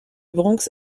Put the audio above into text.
bronx